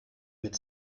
mit